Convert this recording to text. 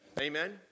Amen